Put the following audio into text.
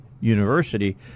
university